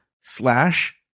slash